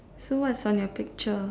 so what's on your picture